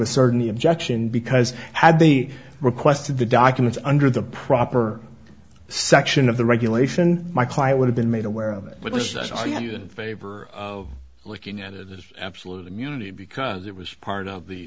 to certainly objection because had they requested the documents under the proper section of the regulation my client would have been made aware of it but was this are you in favor of looking at it as absolute immunity because it was part of the